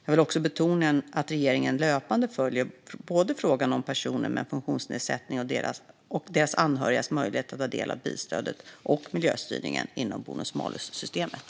Jag vill också betona att regeringen löpande följer både frågan om personer med funktionsnedsättning och deras anhörigas möjligheter att ta del av bilstödet och miljöstyrningen inom bonus-malus-systemet.